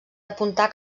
apuntar